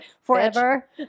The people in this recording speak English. forever